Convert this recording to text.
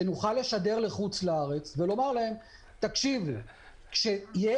שנוכל לשדר לחוץ לארץ ולומר להם: כאשר יהיה